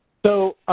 so